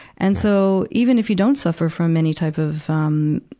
and so, even if you don't suffer from any type of, um,